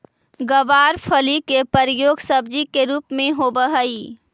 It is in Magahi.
गवारफली के प्रयोग सब्जी के रूप में होवऽ हइ